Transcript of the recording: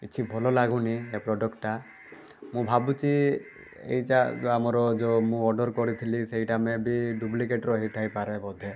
କିଛି ଭଲ ଲାଗୁନି ଏ ପ୍ରଡ଼କ୍ଟଟା ମୁଁ ଭାବୁଛି ଏଇ ଯା ଆମର ଯେଉଁ ମୁଁ ଅର୍ଡ଼ର୍ କରିଥିଲି ସେଇଟା ମେବି ଡୁପ୍ଲିକେଟ୍ର ହେଇ ଥାଇପାରେ ବୋଧେ